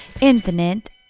infinite